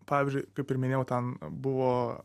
pavyzdžiui kaip ir minėjau ten buvo